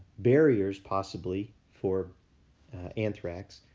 barriers possibly for anthrax.